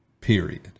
Period